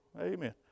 Amen